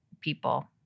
people